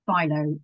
Philo